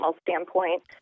standpoint